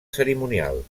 cerimonial